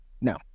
No